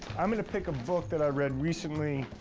i'm gonna pick a book that i read recently,